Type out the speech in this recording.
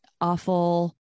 awful